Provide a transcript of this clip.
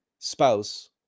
spouse